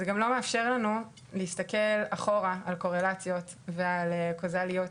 זה לא מאפשר לנו להסתכל אחורה על קורלציות ועל פרזליות,